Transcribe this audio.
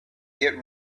get